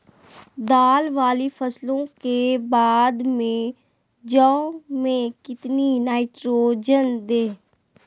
दाल वाली फसलों के बाद में जौ में कितनी नाइट्रोजन दें?